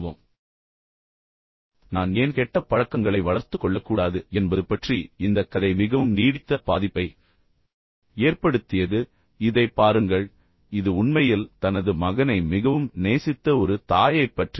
இந்தக் கதையை நான் சிறுவனாக இருந்தபோது படித்தேன் பின்னர் நான் ஏன் கெட்ட பழக்கங்களை வளர்த்துக் கொள்ளக்கூடாது என்பது பற்றி இது மிகவும் நீடித்த பாதிப்பை ஏற்படுத்தியது இப்போது இதைப் பாருங்கள் இது உண்மையில் தனது மகனை மிகவும் நேசித்த ஒரு தாயைப் பற்றியது